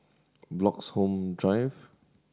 Bloxhome Drive